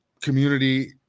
community